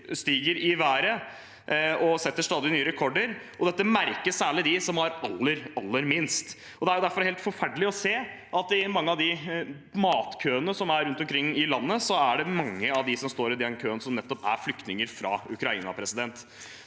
stiger i været og setter stadig nye rekorder. Dette merker særlig de som har aller, aller minst. Det er derfor helt forferdelig å se at i mange av de matkøene som er rundt omkring i landet, står det mange som nettopp er flyktninger fra Ukraina.